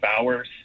hours